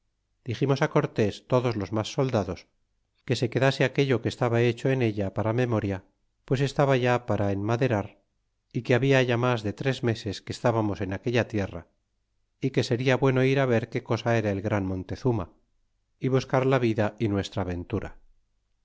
diximos cortés todos los mas soldados que se quedase aquello que estaba hecho en ella para memoria pues estaba ya para enmaderar y que habia ya mas de tres meses que estábamos en aquella tierra é que sería bueno ir ver qué cosa era el gran monte rama y buscar la vida y nuestra ventura